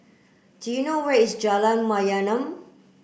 do you know where is Jalan Mayaanam